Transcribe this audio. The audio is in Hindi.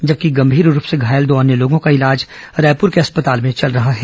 जबकि गंमीर रूप से घायल दो अन्य लोगों का इलाज रायपुर के अस्पताल में चल रहा है